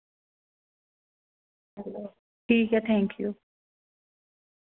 ठीक ऐ thank U